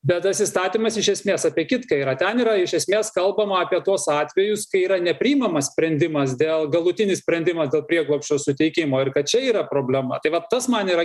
bet tas įstatymas iš esmės apie kitką yra ten yra iš esmės kalbama apie tuos atvejus kai yra nepriimamas sprendimas dėl galutinis sprendimas dėl prieglobsčio suteikimo ir kad čia yra problema tai vat tas man yra